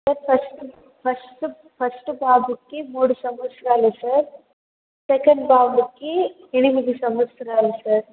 first first first బాబుకు మూడు సంవత్సరాలు సార్ సెకండ్ బాబుకి ఎనిమిది సంవత్సరాలు సార్